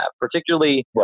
particularly